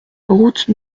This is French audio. route